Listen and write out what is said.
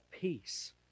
peace